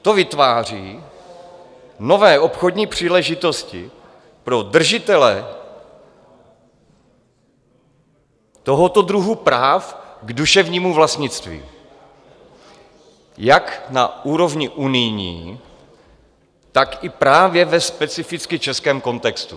To vytváří nové obchodní příležitosti pro držitele tohoto druhu práv k duševnímu vlastnictví jak na úrovni unijní, tak i právě ve specificky českém kontextu.